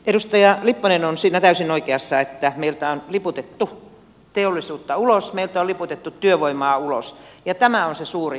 edustaja lipponen on siinä täysin oikeassa että meiltä on liputettu teollisuutta ulos meiltä on liputettu työvoimaa ulos ja tämä on se suuri ongelma